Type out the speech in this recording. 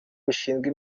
bishinzwe